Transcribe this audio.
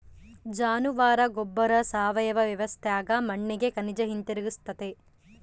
ಜಾನುವಾರ ಗೊಬ್ಬರ ಸಾವಯವ ವ್ಯವಸ್ಥ್ಯಾಗ ಮಣ್ಣಿಗೆ ಖನಿಜ ಹಿಂತಿರುಗಿಸ್ತತೆ